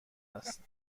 است